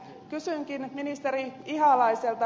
kysynkin ministeri ihalaiselta